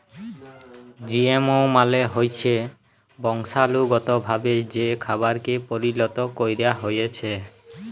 GMO মালে হচ্যে বংশালুগতভাবে যে খাবারকে পরিলত ক্যরা হ্যয়েছে